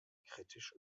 kritisch